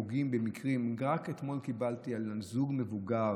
רק אתמול קיבלתי: זוג מבוגר